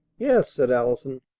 yes, said allison.